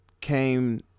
came